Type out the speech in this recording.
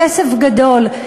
כסף גדול,